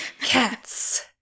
Cats